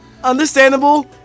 understandable